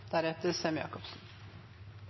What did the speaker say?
deretter